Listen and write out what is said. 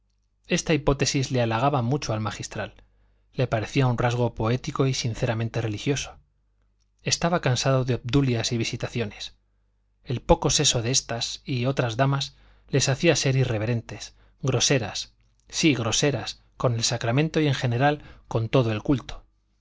esta hipótesis le halagaba mucho al magistral le parecía un rasgo poético y sinceramente religioso estaba cansado de obdulias y visitaciones el poco seso de estas y otras damas les hacía ser irreverentes groseras sí groseras con el sacramento y en general con todo el culto